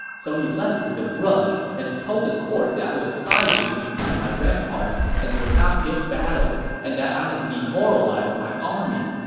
so he left with a grudge and told the court that i was hiding behind my ramparts and would not give battle and that i had demoralized my army.